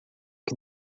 que